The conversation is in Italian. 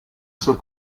suo